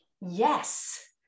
yes